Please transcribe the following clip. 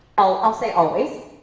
i'll say always,